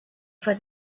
for